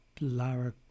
Lara